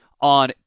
on